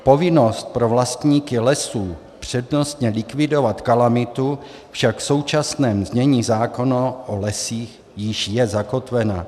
Povinnost pro vlastníky lesů přednostně likvidovat kalamitu však v současném znění zákona o lesích již je zakotvena.